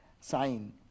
sign